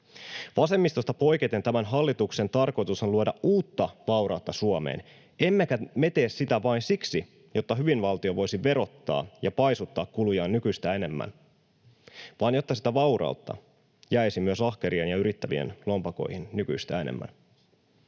Vasemmistosta poiketen tämän hallituksen tarkoitus on luoda uutta vaurautta Suomeen, emmekä me tee sitä vain siksi, jotta hyvinvointivaltio voisi verottaa ja paisuttaa kulujaan nykyistä enemmän vaan jotta sitä vaurautta jäisi myös ahkerien ja yrittävien lompakoihin nykyistä enemmän.